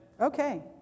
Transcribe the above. Okay